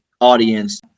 audience